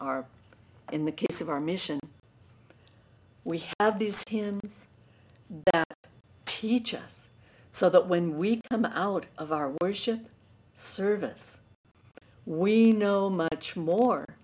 are in the case of our mission we have these teach us so that when we come out of our worship service we know much more